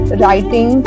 writing